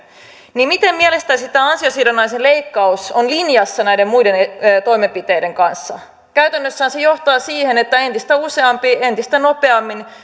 niin miten mielestäsi sitten tämä ansiosidonnaisen leikkaus on linjassa näiden muiden toimenpiteiden kanssa käytännössähän se johtaa siihen että entistä useampi entistä nopeammin